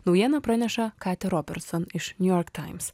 naujieną praneša kati roperson iš niujork taims